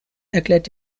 erklärt